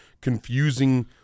confusing